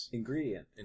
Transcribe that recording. Ingredient